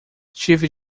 tive